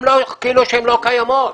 כאילו הן לא קיימות.